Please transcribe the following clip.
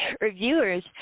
reviewers